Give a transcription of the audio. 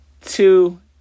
two